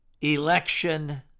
election